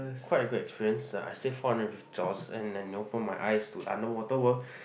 quite a good experience ah I save four hundred and fifty dollars and and open my eyes to the under water world